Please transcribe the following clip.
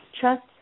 trust